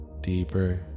Deeper